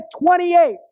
28